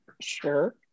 sure